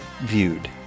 viewed